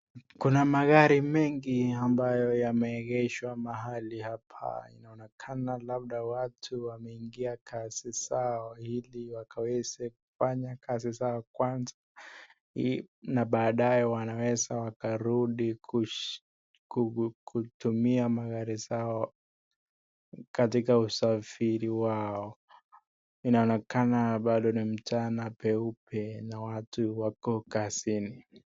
Kuna magari mengi ambayo yameegeshwa mahali hapa inaonekana labda watu wameingia kazi zao hili wakaweze kufanya kazi zao kwanza na badaye wakaweze wakarundi kutumia magari zao katika usafiri wao, inaonekana pado ni mchana peupe na watu wako kazini.